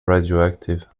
radioactive